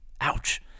Ouch